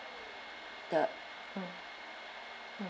the mm mm